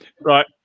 Right